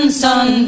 sun